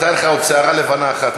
אתה אין לך עוד שערה לבנה אחת,